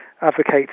advocate